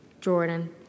Jordan